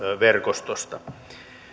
verkostosta